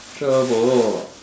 sure bo